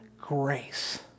grace